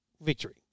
victory